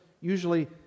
usually